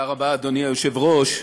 תודה רבה, אדוני היושב-ראש.